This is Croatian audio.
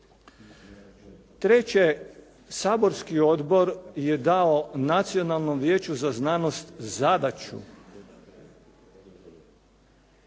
Treće, saborski odbor je dao Nacionalnom vijeću za znanost zadaću